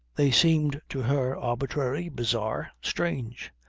they seemed to her arbitrary, bizarre, strange.